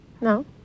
No